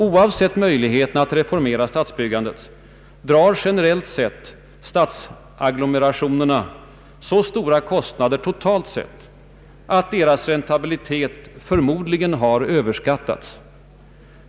Oavsett möjligheterna att reformera stadsbyggandet drar, generellt sett, storstadsagglomerationerna så stora totala kostnader att deras räntabilitet förmodligen har överskattats.